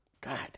God